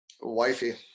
Wifey